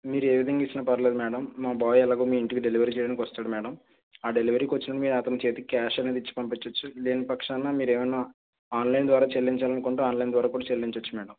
మీరు ఏ విధంగా ఇచ్చినా పర్లేదు మ్యాడమ్ మా బాయ్ ఎలాగూ మీ ఇంటికి డెలివరీ చేయడానికి వస్తాడు మ్యాడమ్ ఆ డెలివరీకొచ్చిన అతని చేతికి క్యాష్ అనేది ఇచ్చి పంపించచ్చు లేని పక్షాన మీరేమన్నా ఆన్లైన్ ద్వారా చెల్లించాలనుకుంటే ఆన్లైన్ ద్వారా కూడా చెల్లించచ్చు మ్యాడమ్